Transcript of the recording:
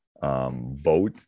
vote